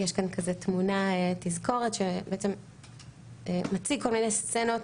יש כאן תמונה, תזכורת שבעצם מציגה כל מיני סצנות